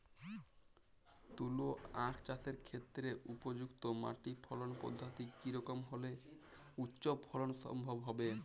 তুলো আঁখ চাষের ক্ষেত্রে উপযুক্ত মাটি ফলন পদ্ধতি কী রকম হলে উচ্চ ফলন সম্ভব হবে?